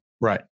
Right